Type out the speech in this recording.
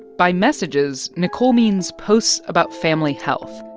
by messages, nicole means posts about family health.